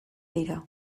dira